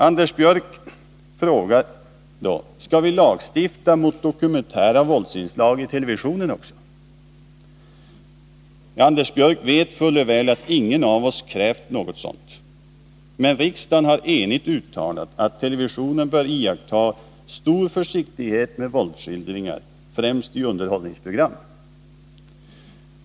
Anders Björck frågar: Skall vi lagstifta mot dokumentära våldsinslag i TV också? Anders Björck vet fuller väl att ingen av oss krävt något sådant. Men riksdagen har enhälligt uttalat att TV bör iaktta stor försiktighet med våldsskildringar, och det gäller främst i underhållningsprogram.